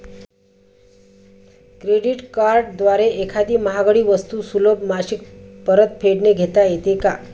Credit कार्डद्वारे एखादी महागडी वस्तू सुलभ मासिक परतफेडने घेता येते का?